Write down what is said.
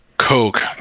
Coke